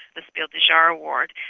the spiel des jahres award,